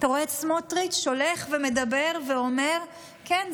אתה רואה את סמוטריץ' הולך ומדבר ואומר: כן,